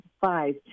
five